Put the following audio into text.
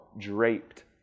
draped